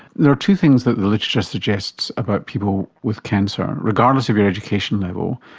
there are two things that the literature suggests about people with cancer, regardless of your education level,